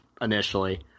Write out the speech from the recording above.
initially